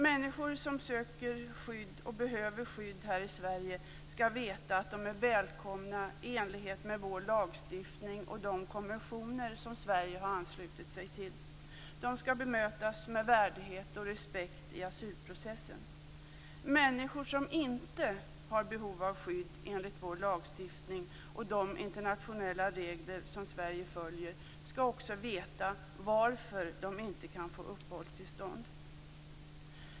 Människor som söker och behöver skydd här i Sverige skall veta att de är välkomna, i enlighet med vår lagstiftning och de konventioner som Sverige har anslutit sig till. De skall bemötas med värdighet och respekt i asylprocessen. Människor som inte har behov av skydd enligt vår lagstiftning och de internationella regler som Sverige följer skall också veta varför de inte kan få uppehållstillstånd.